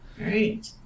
right